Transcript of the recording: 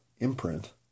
imprint